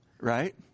right